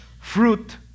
fruit